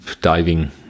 diving